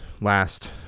last